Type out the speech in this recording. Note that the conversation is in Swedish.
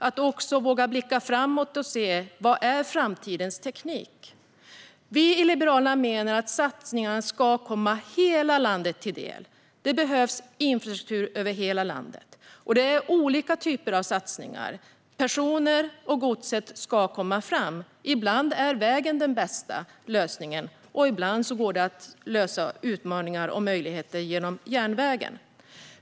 Det krävs att man vågar blicka framåt och se vad som är framtidens teknik. Vi i Liberalerna menar att satsningarna ska komma hela landet till del. Det behövs infrastruktur över hela landet, och det handlar om olika typer av satsningar. Personer och gods ska komma fram. Ibland är vägen den bästa lösningen, och ibland går det att klara utmaningar och hitta möjligheter genom järnvägen.